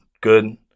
good